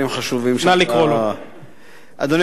אדוני היושב-ראש,